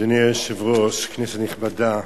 אדוני היושב-ראש, כנסת נכבדה,